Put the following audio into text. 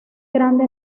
grande